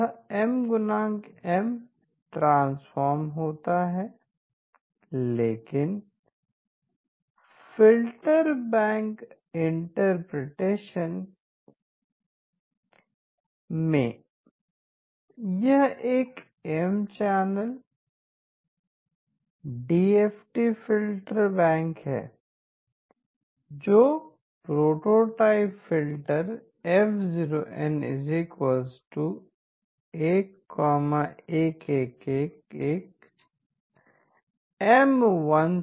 यह M × M transform होता है लेकिन फ़िल्टर बैंक इंटरप्रिटेशन में यह एक M channel DFT filter bank है जहाँ prototype filter f0 n 11 1 M ones है